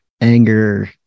anger